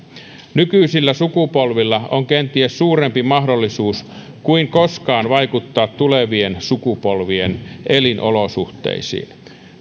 nykyisillä sukupolvilla on kenties suurempi mahdollisuus kuin koskaan vaikuttaa tulevien sukupolvien elinolosuhteisiin